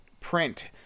print